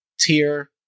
tier